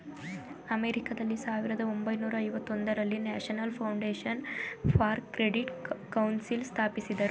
ಅಮೆರಿಕಾದಲ್ಲಿ ಸಾವಿರದ ಒಂಬೈನೂರ ಐವತೊಂದರಲ್ಲಿ national foundation for credit council ಸ್ಥಾಪಿಸಿದರು